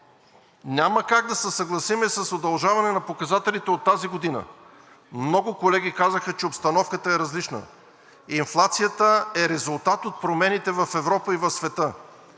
няма как да се съгласим с удължаване на показателите от тази година. Много колеги казаха, че обстановката е различна. Инфлацията е резултат от промените в Европа и в света.